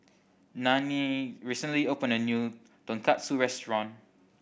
Nannie recently opened a new Tonkatsu Restaurant